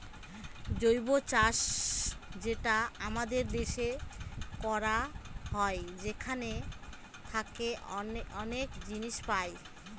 জৈব চাষ যেটা আমাদের দেশে করা হয় সেখান থাকে অনেক জিনিস পাই